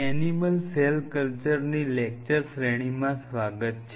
animal cell કલ્ચરની lecture શ્રેણીમાં સ્વાગત છે